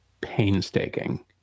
painstaking